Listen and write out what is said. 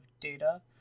data